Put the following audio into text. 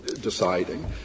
deciding